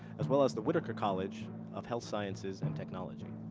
as well as the whitaker college of health sciences and technology.